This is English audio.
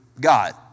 God